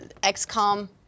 XCOM